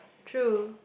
true